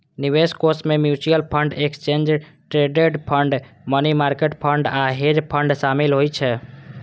निवेश कोष मे mutual fund, exchange traded fund, money market fund आ हेज फंड शामिल होइ छै